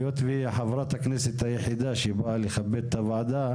היות והיא חברת הכנסת היחידה שבאה לכבד את הוועדה,